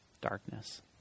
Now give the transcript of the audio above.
darkness